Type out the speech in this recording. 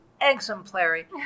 exemplary